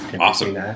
Awesome